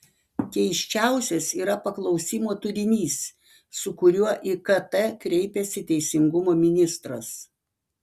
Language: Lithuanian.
keisčiausias yra paklausimo turinys su kuriuo į kt kreipiasi teisingumo ministras